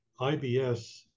IBS